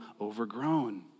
overgrown